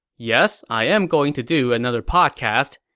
yes, i am going to do another podcast.